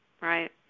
Right